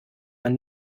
man